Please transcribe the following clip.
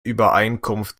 übereinkunft